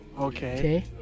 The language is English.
Okay